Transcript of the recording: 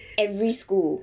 every school